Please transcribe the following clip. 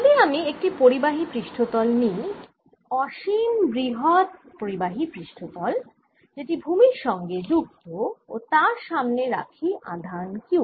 যদি আমি একটি পরিবাহী পৃষ্ঠতল নিই অসীম বৃহৎ পরিবাহী পৃষ্ঠতল যেটি ভুমির সঙ্গে যুক্ত ও তার সামনে রাখি আধান Q